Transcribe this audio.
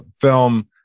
film